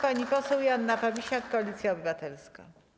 Pani poseł Joanna Fabisiak, Koalicja Obywatelska.